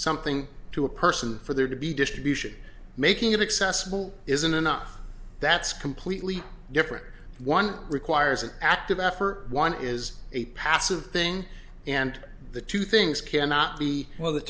something to a person for there to be distribution making it accessible isn't enough that's completely different one requires an active effort one is a passive thing and the two things cannot be well the